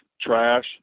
trash